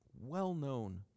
well-known